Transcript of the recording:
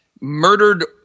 murdered